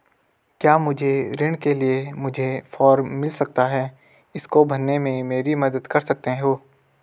क्या मुझे ऋण के लिए मुझे फार्म मिल सकता है इसको भरने में मेरी मदद कर सकते हो?